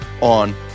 on